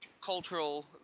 cultural